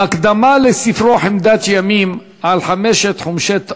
בהקדמה לספרו "חמדת ימים", על חמשת חומשי התורה,